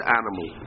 animal